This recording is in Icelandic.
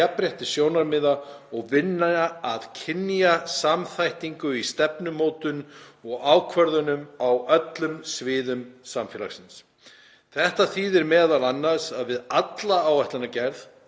jafnréttissjónarmiða og vinna að kynjasamþættingu í stefnumótun og ákvörðunum á öllum sviðum samfélagsins“. Þetta þýðir m.a. að við alla áætlanagerð,